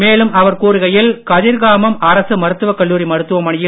மேலும் அவர் கூறுகையில் கதிர்காமம் அரசு மருத்துவக் கல்லூரி மருத்துவமனையில்